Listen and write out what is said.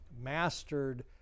mastered